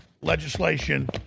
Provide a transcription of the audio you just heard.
legislation